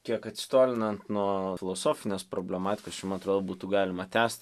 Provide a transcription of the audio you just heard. kiek atsitolinant nuo filosofinės problematikos čia man atrodo būtų galima tęst